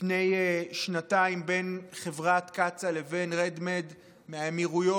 לפני שנתיים בין חברת קצא"א לבין Red-Med מהאמירויות,